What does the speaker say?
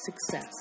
success